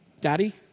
Daddy